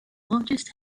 largest